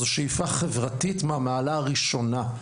זאת שאיפה חברתית מהמעלה הראשונה.